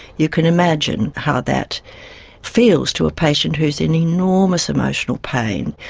you can imagine how that feels to a patient who is in enormous emotional pain,